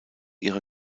ihre